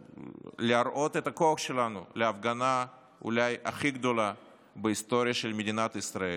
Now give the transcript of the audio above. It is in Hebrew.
ולהראות את הכוח שלנו בהפגנה אולי הכי גדולה בהיסטוריה של מדינת ישראל,